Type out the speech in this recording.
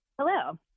Hello